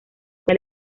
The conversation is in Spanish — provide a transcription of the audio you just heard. con